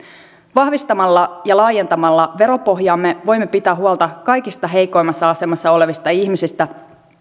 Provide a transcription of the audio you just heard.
vahvistamalla ja laajentamalla veropohjaamme voimme pitää huolta kaikista heikoimmassa asemassa olevista ihmisistä